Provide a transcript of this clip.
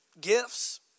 gifts